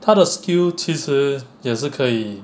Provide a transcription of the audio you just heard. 它的 skill 其实也是可以